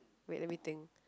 wait let me think